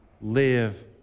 live